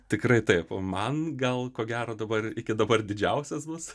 tikrai taip man gal ko gero dabar iki dabar didžiausias mūsų